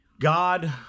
God